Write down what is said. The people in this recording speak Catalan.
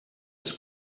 els